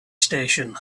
station